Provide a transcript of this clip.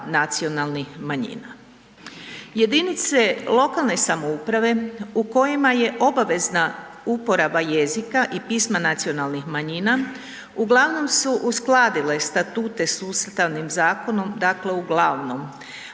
nacionalnih manjina. Jedinice lokalne samouprave u kojima je obavezna uporaba jezika i pisma nacionalnih manjina uglavnom su uskladile statute s Ustavnim zakonom, dakle uglavnom.